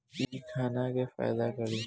इ खाना का फायदा करी